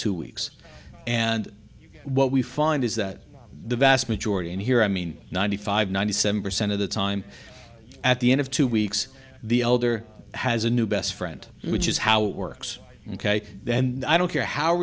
two weeks and what we find is that the vast majority in here i mean ninety five ninety seven percent of the time at the end of two weeks the elder has a new best friend which is how it works ok and i don't care how